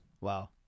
Wow